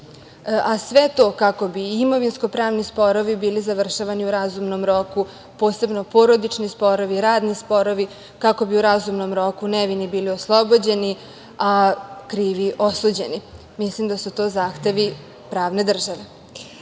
a sve to kako bi imovinskopravni sporovi bili završavani u razumnom roku, posebno porodični sporovi, radni sporovi, kako bi u razumnom roku nevini bili oslobođeni, a krivi osuđeni. Mislim da su to zahtevi pravne države.